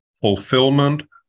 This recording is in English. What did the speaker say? fulfillment